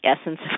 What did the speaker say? essence